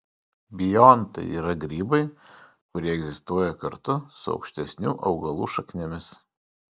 biontai yra grybai kurie egzistuoja kartu su aukštesnių augalų šaknimis